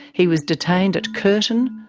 he was detained at curtin,